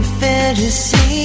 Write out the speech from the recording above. fantasy